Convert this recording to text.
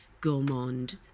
gourmand